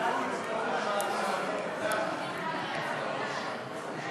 ההצעה להפוך את הצעת חוק המים (תיקון,